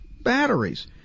batteries